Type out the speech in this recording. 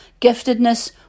giftedness